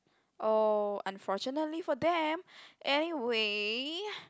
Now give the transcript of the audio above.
oh unfortunately for them anyway